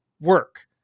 work